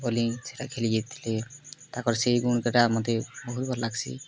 ବୋଲି ସେଟା ଖେଲି ଯାଇଥିଲେ ତାକର୍ ସେ ଗୁଣ୍କେ ହେଟା ମତେ ବହୁତ୍ ଭଲ୍ ଲାଗ୍ସି